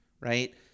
right